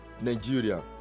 Nigeria